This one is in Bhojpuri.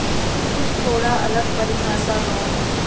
कुछ थोड़ा अलग परिभाषा बा